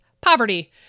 poverty